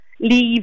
leave